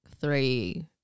three